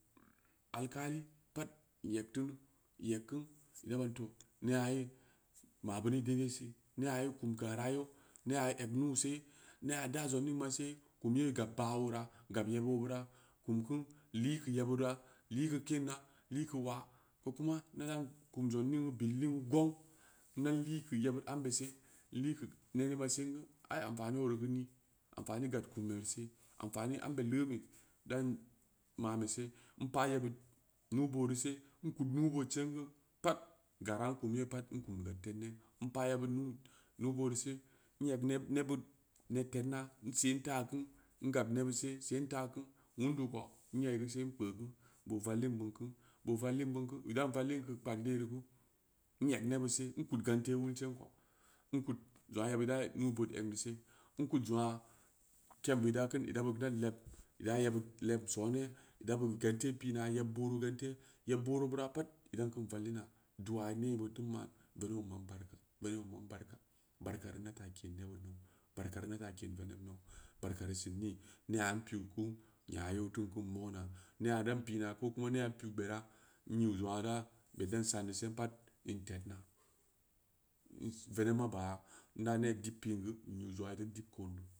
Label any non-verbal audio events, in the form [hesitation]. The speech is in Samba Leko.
Alkali pat in eg tum in eg keun ida ban tooh ne'a ye mabeuni dai-dai se ne'a ye kum gara yeu ne'a eg nuuse ne'a da zong ning mase kum ye gab baah ora gab yeb obeura kum kuu likeu yebura liikeu keena lii keu waa ko kuma daran kum zong ninguu bilining'uu gong ida lu keu yebud ambe sein liikeu ne ning ma sen geu i am fam origeu ni amfani gad kumberi se am fam ambe leeme dan mame se in paa yebud nuubooru se in kud nuubood sen gen pat gara in kum yepat in kum jong tednna in paa yebud nuu nuubooru se in eg nehbud [hesitation] ne tednna se in taah ku in gab nebud se in taah ku [unintelligible] in yai geu sei in kpeu ku boo vallin beun ku boo vallin beun ku idan vallin keu kpang derigu in eg nebud se in kud gante wul se in kud jong aa ida nuubood egn deu se in kud jong aa keem beud da keun ida beu bel jeb ida yebud lebm sone ida ben gante pina yebboro ganteya yeb boro beura pat ida beu keun vallina du'a mu iri teu man veneb o man barka-veneb o man barka barkari mata kein nebud nau-barkari mata kein veneb nau barkari sin ni ne'a in piu ku nya yeu teu keun mona ne'a dan pina ko kuma ne'a in piu gberah nyiu jong aa da gbed dan san de sen pat in tednna [hesitation] veneb ma baya inda ne dib pin geu in yiu jong aa i teu dib koon